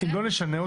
אם לא נשנה אותה.